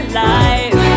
life